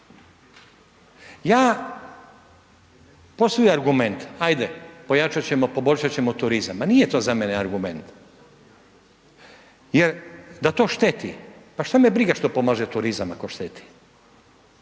Ja, postoji argument ajde pojačat ćemo, poboljšat ćemo turizam, ma nije to za mene argument jer da to šteti, pa što me briga što pomaže turizam ako šteti,